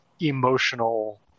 emotional